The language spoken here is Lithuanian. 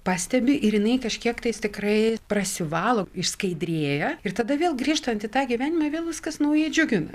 pastebi ir jinai kažkiek tais tikrai prasivalo išskaidrėja ir tada vėl grįžtant į tą gyvenimą vėl viskas naujai džiugina